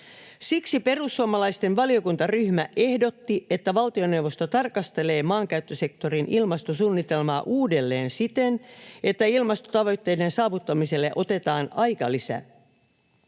Siksi perussuomalaisten valiokuntaryhmä ehdotti, että valtioneuvosto tarkastelee maankäyttösektorin ilmastosuunnitelmaa uudelleen siten, että ilmastotavoitteiden saavuttamiselle otetaan aikalisä.